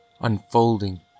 unfolding